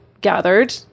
gathered